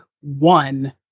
one